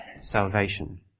salvation